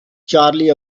charlie